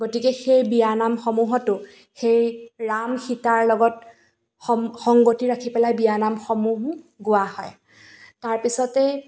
গতিকে সেই বিয়ানামসমূহতো সেই ৰাম সীতাৰ লগত সম সংগতি ৰাখি পেলাই বিয়ানামসমূহো গোৱা হয় তাৰপিছতে